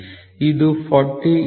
ಇದು 40 1